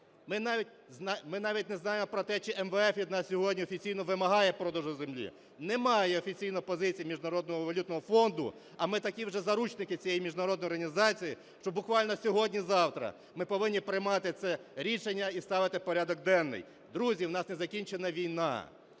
Ми навіть не знаємо про те, чи МВФ від нас сьогодні офіційно вимагає продажу землі. Немає офіційно позиції Міжнародного валютного фонду, а ми такі вже заручники цієї міжнародної організації, що буквально сьогодні-завтра ми повинні приймати це рішення і ставити в порядок денний. Друзі, в нас не закінчена війна.